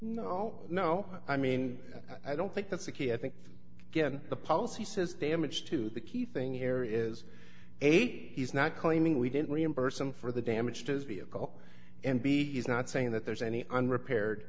no no i mean i don't think that's a key i think again the policy says damage to the key thing here is eighty he's not claiming we didn't reimburse him for the damage to his vehicle and b is not saying that there's any unrepaired